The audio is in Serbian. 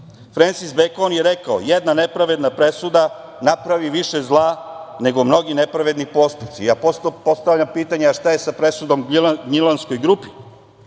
Frensis Bekon je rekao: "Jedna nepravedna presuda napravi više zla nego mnogi nepravedni postupci". Ja postavljam pitanje - a šta je sa presudom gnjilanskoj grupi?